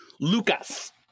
Lucas